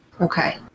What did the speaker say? okay